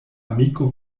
amiko